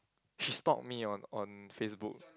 she stalk me on on Facebook